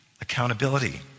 accountability